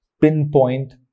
pinpoint